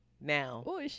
now